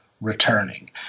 Returning